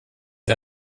der